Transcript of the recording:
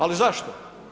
Ali zašto?